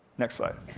next slide.